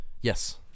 yes